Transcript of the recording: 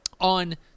On